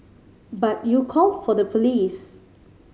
but you called for the police